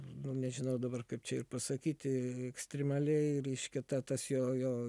nu nežinau dabar kaip čia ir pasakyti ekstremaliai reiškia tą tas jo jo